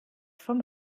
vom